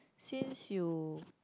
since you